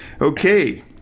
Okay